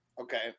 Okay